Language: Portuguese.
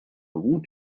algum